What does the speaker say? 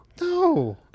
No